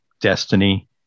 destiny